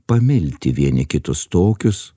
pamilti vieni kitus tokius